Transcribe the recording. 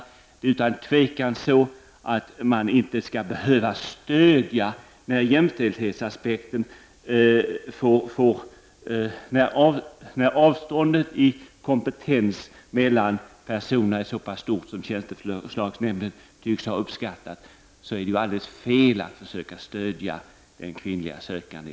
Det råder inget tvivel om att man inte skall se till jämställdhetsaspekten när skillnaden i kompetens mellan de sökande är så stor som tjänsteförslagsnämnden har uppskattat att den är i detta fall. Det var således fel att stödja den kvinnliga sökanden.